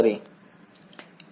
વિદ્યાર્થી સર